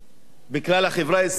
בכלל החברה הישראלית?